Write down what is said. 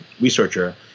researcher